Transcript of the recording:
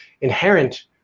inherent